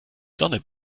sonne